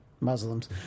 Muslims